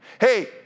Hey